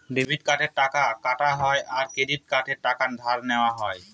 debit কার্ডে টাকা কাটা হয় আর ক্রেডিট কার্ডে টাকা ধার নেওয়া হয়